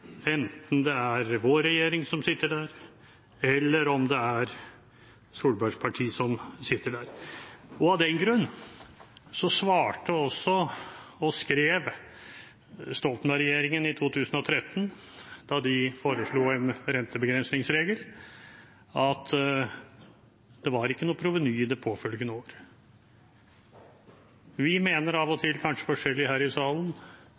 enten det er vår regjering som sitter der, eller om det er representanten Tvedt Solbergs parti som sitter der. Av den grunn svarte også og skrev Stoltenberg-regjeringen i 2013, da de foreslo en rentebegrensningsregel, at det var ikke noe proveny i det påfølgende år. Vi mener av og til forskjellig her i salen